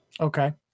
Okay